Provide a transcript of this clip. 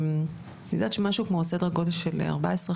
אני יודעת משהו כמו סדר גודל של 14,